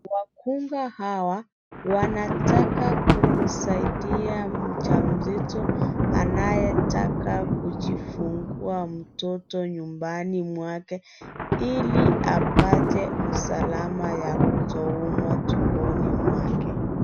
Wakunga hawa, wanataka kumsaidia mjamzito, anayetaka kujifungua mtoto nyumbani mwake, ili apate usalama wa kutoumwa tumboni mwake.